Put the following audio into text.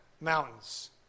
mountains